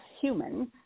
humans